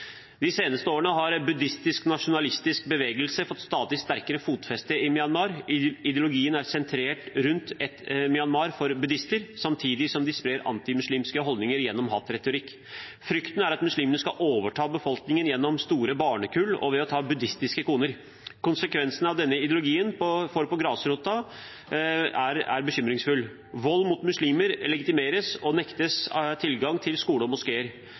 De seneste årene har en buddhistisk-nasjonalistisk bevegelse fått stadig sterkere fotfeste i Myanmar. Ideologien er sentrert rundt et Myanmar for buddhister, samtidig som de sprer anti-muslimske holdninger gjennom hatretorikk. Frykten er at muslimene skal overta befolkningen gjennom store barnekull og ved å ta buddhistiske koner. Konsekvensen denne ideologien får på grasrota, er bekymringsfull. Vold mot muslimer legitimeres, og de nektes tilgang til skoler og moskeer.